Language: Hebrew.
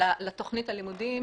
לתוכנית הלימודים